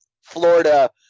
Florida